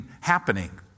happening